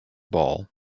ball